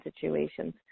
situations